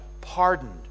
pardoned